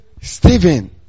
Stephen